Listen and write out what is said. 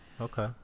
Okay